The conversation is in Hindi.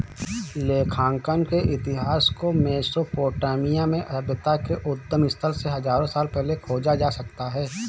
लेखांकन के इतिहास को मेसोपोटामिया में सभ्यता के उद्गम स्थल से हजारों साल पहले खोजा जा सकता हैं